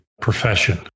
profession